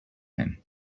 him